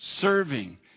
serving